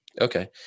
okay